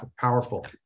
powerful